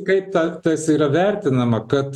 kaip ta tas yra vertinama kad